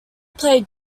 played